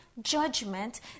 judgment